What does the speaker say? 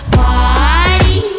party